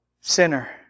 sinner